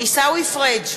עיסאווי פריג'